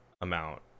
amount